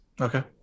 Okay